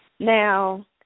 Now